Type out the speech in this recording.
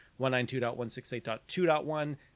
192.168.2.1